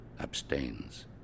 Abstains